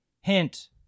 Hint